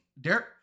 Derek